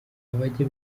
abajya